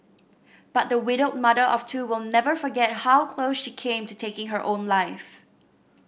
but the widowed mother of two will never forget how close she came to taking her own life